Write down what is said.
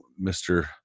Mr